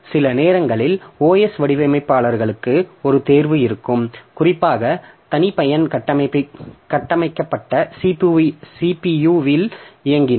சில நேரங்களில் OS வடிவமைப்பாளர்களுக்கு ஒரு தேர்வு இருக்கும் குறிப்பாக தனிப்பயன் கட்டமைக்கப்பட்ட CPU இல் இயங்கினால்